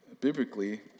biblically